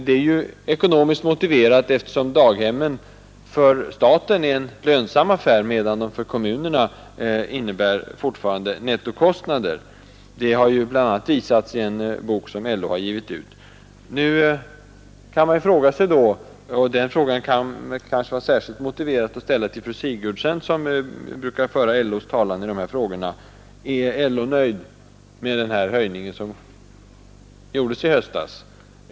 Det är ju ekonomiskt motiverat, eftersom daghemmen för staten är en lönsam affär, medan de för kommunerna fortfarande innebär nettokostnader. Det har bl.a. visats i en bok som LO har gett ut. Man kan fråga sig — och den frågan kan det kanske vara särskilt motiverat att ställa till fru Sigurdsen, som brukar föra LO:s talan i dessa frågor: Är LO nöjd med den höjning som gjordes i höstas?